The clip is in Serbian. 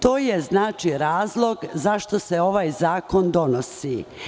To je znači razlog zašto se ovaj zakon donosi.